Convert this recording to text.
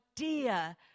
idea